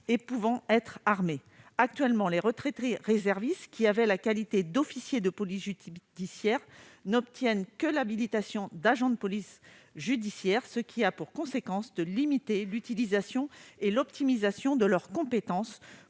et pouvant être armé. Actuellement, les retraités réservistes qui avaient la qualité d'officier de police judiciaire n'obtiennent que l'habilitation d'agent de police judiciaire, ce qui a pour conséquence de limiter l'utilisation et l'optimisation de leurs compétences,